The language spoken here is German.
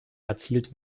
erzielt